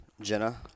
Jenna